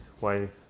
wife